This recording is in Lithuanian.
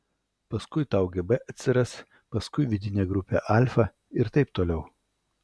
paskui tau gb atsiras paskui vidinė grupė alfa ir taip toliau